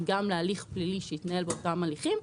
גם להליך פלילי שיתנהל באותם הליכים.